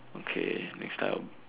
okay next time